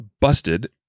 Busted